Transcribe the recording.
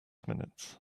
minutes